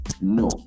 No